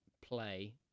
play